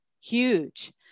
huge